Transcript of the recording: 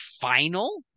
final